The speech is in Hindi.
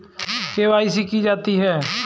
के.वाई.सी क्यों की जाती है?